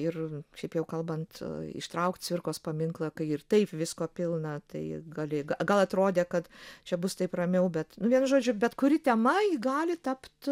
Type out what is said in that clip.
ir šiaip jau kalbant ištraukt cvirkos paminklą kai ir taip visko pilna tai gali gal atrodė kad čia bus taip ramiau bet nu vienu žodžiu bet kuri tema ji gali tapti